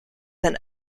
than